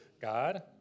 God